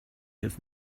have